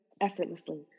effortlessly